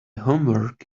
homework